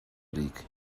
ric